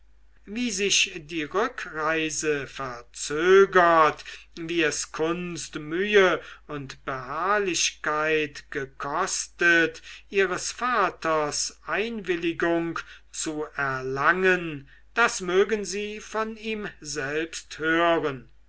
wie sich die rückreise verzögert wie es kunst mühe und beharrlichkeit gekostet ihres vaters einwilligung zu erlangen das mögen sie von ihm selbst hören